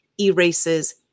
erases